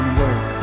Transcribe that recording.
work